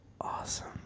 awesome